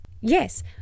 Yes